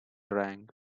rang